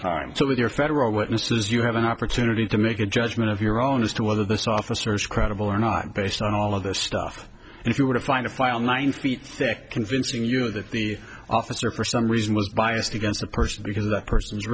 time so that your federal witness is you have an opportunity to make a judgment of your own as to whether this officer is credible or not based on all of the stuff and if you were to find a file nine feet thick convincing you that the officer for some reason was biased against a person because that person's